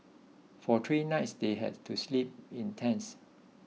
for three nights they had to sleep in tents